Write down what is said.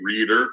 reader